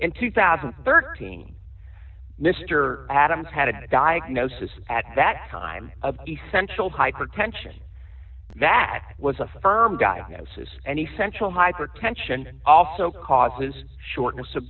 in two thousand and thirteen mr adams had a diagnosis at that time of essential hypertension that was a firm diagnosis and essential hypertension also causes shortness of